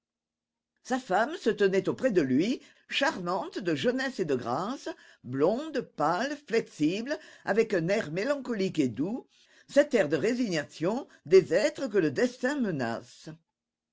sa femme se tenait auprès de lui charmante de jeunesse et de grâce blonde pâle flexible avec un air mélancolique et doux cet air de résignation des êtres que le destin menace